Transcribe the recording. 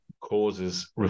causes